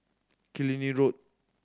Killiney Road